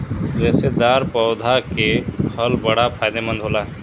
रेशेदार पौधा के फल बड़ा फायदेमंद होला